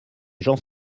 gens